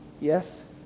Yes